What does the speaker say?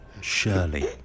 Shirley